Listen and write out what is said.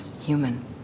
human